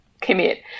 commit